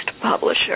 publisher